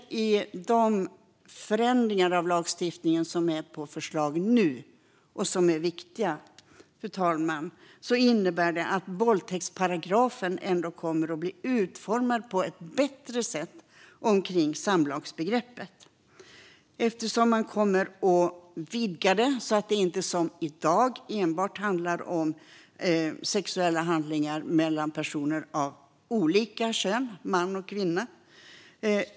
De förändringar av lagstiftningen som nu är på förslag - och som är viktiga, fru talman - innebär att våldtäktsparagrafen ändå kommer att bli utformad på ett bättre sätt omkring samlagsbegreppet. Man kommer att vidga det så att det inte, som i dag, enbart handlar om sexuella handlingar mellan personer av olika kön, man och kvinna.